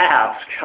ask